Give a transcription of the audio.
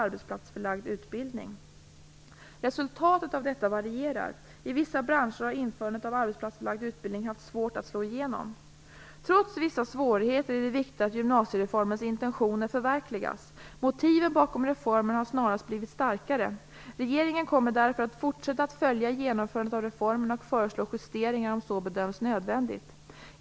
Resultatet av detta varierar. I vissa branscher har införandet av arbetsplatsförlagd utbildning haft svårt att slå igenom. Trots vissa svårigheter är det viktigt att gymnasiereformens intentioner förverkligas. Motiven bakom reformen har snarast blivit starkare. Regeringen kommer därför att fortsätta att följa genomförandet av reformen och föreslå justeringar om så bedöms nödvändigt.